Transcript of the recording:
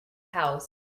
house